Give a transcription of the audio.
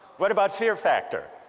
what about fear factor?